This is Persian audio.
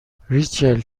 ریچل